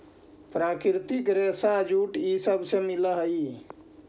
प्राकृतिक रेशा जूट इ सब से मिल हई